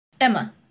Emma